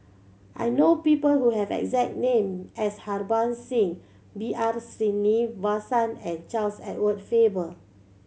I know people who have a exact name as Harbans Singh B R Sreenivasan and Charles Edward Faber